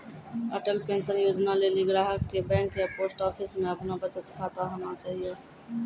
Atal pension Yojana लेली ग्राहक के बैंक या पोस्ट आफिसमे अपनो बचत खाता होना चाहियो